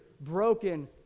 broken